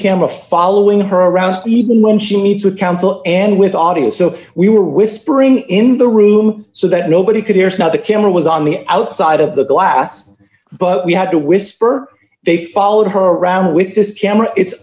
camera following her around even when she needs with counsel and with audience so we were whispering in the room so that nobody could hear is not the camera was on the outside of the glass but we had to whisper they followed her around with this camera it's